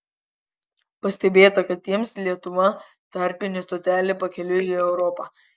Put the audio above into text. pastebėta kad jiems lietuva tarpinė stotelė pakeliui į europą